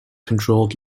controlled